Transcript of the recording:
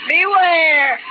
Beware